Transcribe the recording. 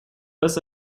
pas